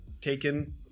taken